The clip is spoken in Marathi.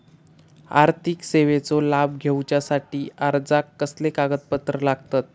आर्थिक सेवेचो लाभ घेवच्यासाठी अर्जाक कसले कागदपत्र लागतत?